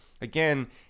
again